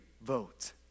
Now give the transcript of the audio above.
vote